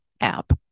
app